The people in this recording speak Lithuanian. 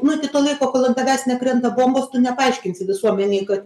nu iki to laiko kol ant tavęs nekrenta bombos tu nepaaiškinsi visuomenei kad